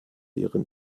ihren